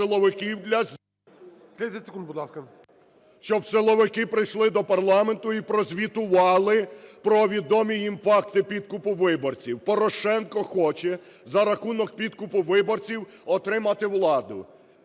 30 секунд, будь ласка.